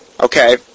Okay